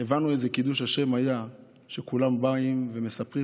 הבנו איזה קידוש השם היה שכולם באים ומספרים,